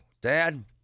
Dad